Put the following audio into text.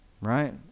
Right